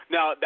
Now